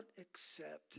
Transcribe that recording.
accept